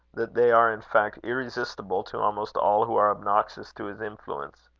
that they are in fact irresistible to almost all who are obnoxious to his influence.